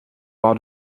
ought